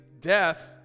death